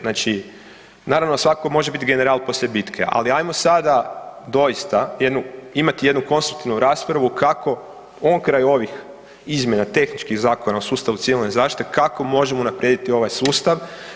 Znači, svatko može biti general poslije bitke, ali hajmo sada doista imati jednu konstruktivnu raspravu kako on kraj ovih izmjena tehničkih Zakona o sustavu civilne zaštite kako možemo unaprijediti ovaj sustav.